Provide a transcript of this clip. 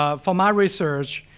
ah for my research,